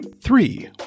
Three